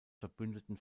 verbündeten